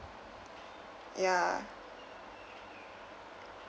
ya